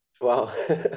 Wow